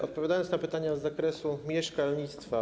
Odpowiadam na pytania z zakresu mieszkalnictwa.